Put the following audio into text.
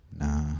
Nah